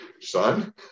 Son